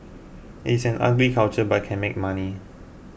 it is an ugly culture but can make money